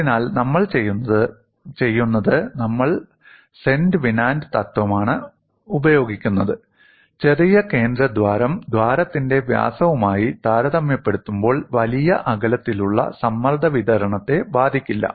അതിനാൽ നമ്മൾ ചെയ്യുന്നത് നമ്മൾ സെന്റ് വെനന്റ് തത്ത്വമാണ് ഉപയോഗിക്കുന്നത് ചെറിയ കേന്ദ്ര ദ്വാരം ദ്വാരത്തിന്റെ വ്യാസവുമായി താരതമ്യപ്പെടുത്തുമ്പോൾ വലിയ അകലത്തിലുള്ള സമ്മർദ്ദ വിതരണത്തെ ബാധിക്കില്ല